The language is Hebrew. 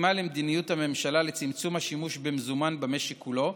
הותאמה למדיניות הממשלה לצמצום השימוש במזומן במשק כולו,